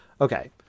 Okay